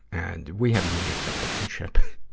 and we have a unique relationship.